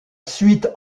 suite